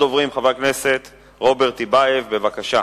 ראשון הדוברים, חבר הכנסת רוברט טיבייב, בבקשה.